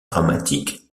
dramatique